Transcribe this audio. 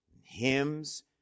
hymns